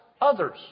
others